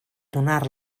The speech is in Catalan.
donar